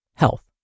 Health